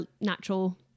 natural